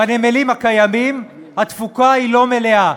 בנמלים הקיימים, התפוקה היא לא מלאה,